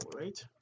right